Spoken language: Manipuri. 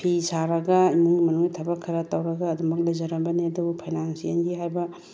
ꯐꯤ ꯁꯥꯔꯒ ꯏꯃꯨꯡ ꯃꯅꯨꯡ ꯊꯕꯛ ꯈꯔ ꯇꯧꯔꯒ ꯑꯗꯨꯃꯛ ꯂꯩꯖꯔꯝꯕꯅꯦ ꯑꯗꯨꯕꯨ ꯐꯥꯏꯅꯥꯟꯁꯤꯑꯦꯜꯒꯤ ꯍꯥꯏꯕ